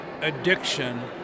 addiction